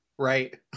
Right